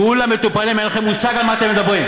כולם מטופלים, אין לכם מושג על מה אתם מדברים.